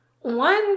one